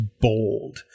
bold